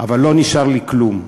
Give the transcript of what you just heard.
אבל לא נשאר לי כלום.